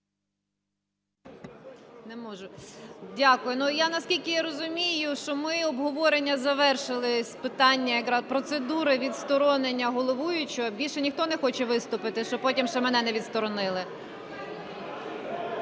Дякую. Наскільки я розумію, що ми обговорення завершили з питання якраз процедури відсторонення головуючого. Більше ніхто не хоче виступити, щоб потім ще мене не відсторонили?